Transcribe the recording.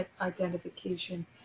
identification